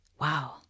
wow